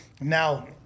Now